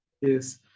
Yes